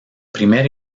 primer